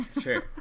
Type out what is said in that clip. sure